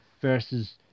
versus